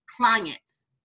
clients